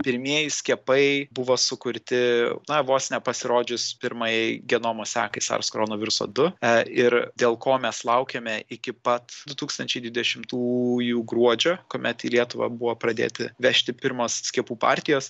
pirmieji skiepai buvo sukurti na vos ne pasirodžius pirmajai genomo sekai sars koronoviruso du e ir dėl ko mes laukėme iki pat du tūkstančiai dvidešimtųjų gruodžio kuomet į lietuvą buvo pradėti vežti pirmos skiepų partijos